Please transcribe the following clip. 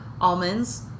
almonds